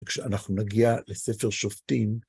וכשאנחנו נגיע לספר שופטים,